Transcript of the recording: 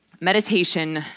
meditation